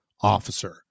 officer